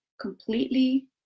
completely